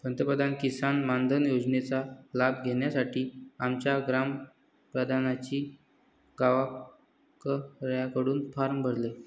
पंतप्रधान किसान मानधन योजनेचा लाभ घेण्यासाठी आमच्या ग्राम प्रधानांनी गावकऱ्यांकडून फॉर्म भरले